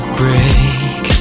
break